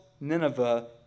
Nineveh